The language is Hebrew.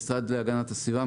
המשרד להגנת הסביבה,